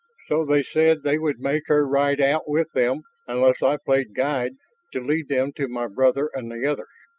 so they said they would make her ride out with them unless i played guide to lead them to my brother and the others.